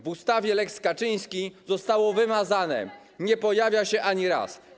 W ustawie lex Kaczyński zostało wymazane, nie pojawia się ani razu.